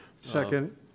Second